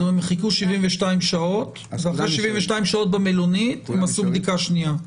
הם חיכו 72 שעות ואחרי 72 שעות במלונית הם עשו בדיקה שנייה.